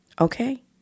okay